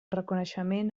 reconeixement